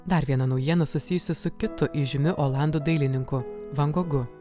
dar viena naujiena susijusi su kitu įžymiu olandų dailininku van gogu